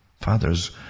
Fathers